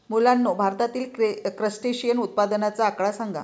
मुलांनो, भारतातील क्रस्टेशियन उत्पादनाचा आकडा सांगा?